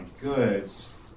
goods